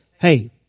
hey